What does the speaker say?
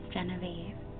Genevieve